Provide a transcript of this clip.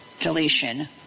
Deletion